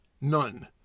None